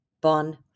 bon